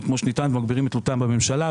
כמו שנטען ומגבירים את תלותן בממשלה.